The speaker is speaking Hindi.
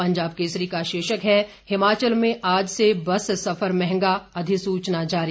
पंजाब केसरी का शीर्षक है हिमाचल में आज से बस सफर महंगा अधिसूचना जारी